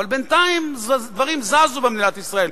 אבל בינתיים דברים זזו במדינת ישראל.